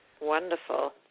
wonderful